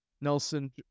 Nelson